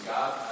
God